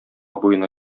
буена